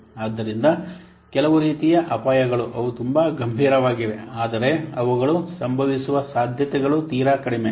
ಆದ್ದರಿಂದ ಕೆಲವು ರೀತಿಯ ಅಪಾಯಗಳು ಅವು ತುಂಬಾ ಗಂಭೀರವಾಗಿವೆ ಆದರೆ ಅವುಗಳು ಸಂಭವಿಸುವ ಸಾಧ್ಯತೆಗಳು ತೀರಾ ಕಡಿಮೆ